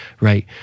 right